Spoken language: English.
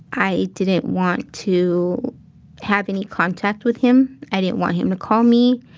i didn't want to have any contact with him. i didn't want him to call me.